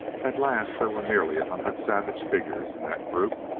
at last there were nearly a hundred savage figures in that group,